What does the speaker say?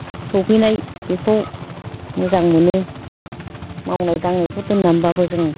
थाब सौफैनाय बेखौ मोजां मोनो मावनाय दांनायखौ दोननानैबाबो जों